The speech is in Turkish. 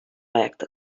ayakta